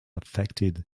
affected